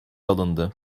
alındı